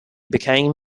became